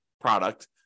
product